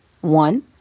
one